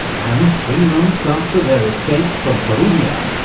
and three months after their escape from corunna,